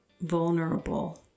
vulnerable